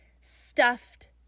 stuffed